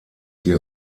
die